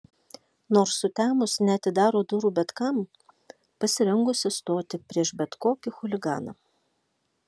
nors sutemus neatidaro durų bet kam pasirengusi stoti prieš bet kokį chuliganą